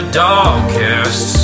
darkest